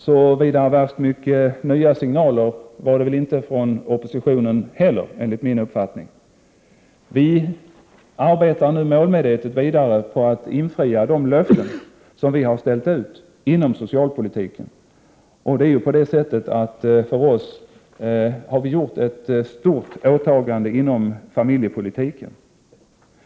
Så värst mycket nya signaler var det väl inte från oppositionen heller, enligt min uppfattning. Vi arbetar nu målmedvetet vidare på att infria de löften som vi har ställt ut inom socialpolitiken. Vi har ju gjort ett stort åtagande inom familjepolitiken.